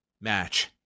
Match